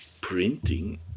printing